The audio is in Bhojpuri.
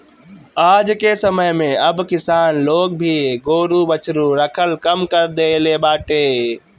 आजके समय में अब किसान लोग भी गोरु बछरू रखल कम कर देले बाटे